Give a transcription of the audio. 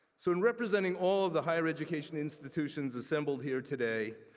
so in representing all of the higher education institutions assembled here today,